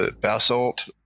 basalt